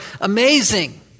amazing